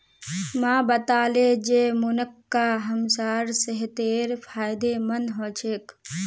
माँ बताले जे मुनक्का हमसार सेहतेर फायदेमंद ह छेक